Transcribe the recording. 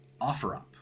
OfferUp